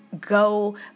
go